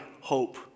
hope